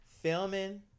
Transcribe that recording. filming